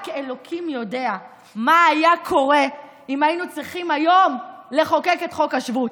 רק אלוקים יודע מה היה קורה אם היינו צריכים היום לחוקק את חוק השבות,